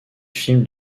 film